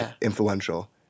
influential